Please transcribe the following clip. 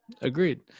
agreed